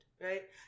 right